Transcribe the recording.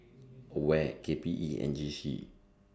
AWARE K P E and J C